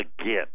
again